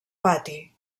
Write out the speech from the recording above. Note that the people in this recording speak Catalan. pati